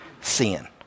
sin